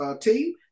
team